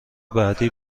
بعدی